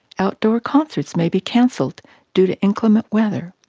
outdoor concerts may be cancelled due to inclement weather.